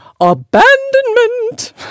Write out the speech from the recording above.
Abandonment